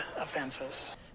offenses